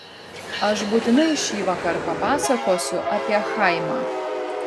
aš būtinai šįvakar papasakosiu apie chaimą